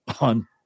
on